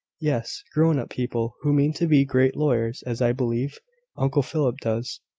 yes grown-up people who mean to be great lawyers, as i believe uncle philip does,